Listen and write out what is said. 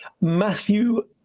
Matthew